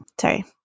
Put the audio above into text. sorry